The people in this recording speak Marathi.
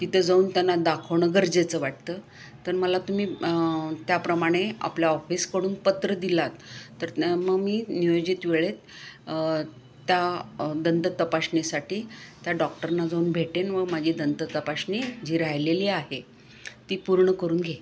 तिथे जाऊन त्यांना दाखवणं गरजेचं वाटतं तर मला तुम्ही त्याप्रमाणे आपल्या ऑफिसकडून पत्र दिलं तर मं मी नियोजित वेळेत त्या दंत तपासणीसाठी त्या डॉक्टरना जाऊन भेटेन व माझी दंत तपासणी जी राहिलेली आहे ती पूर्ण करून घे